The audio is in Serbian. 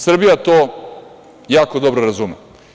Srbija to jako dobro razume.